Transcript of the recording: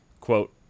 Quote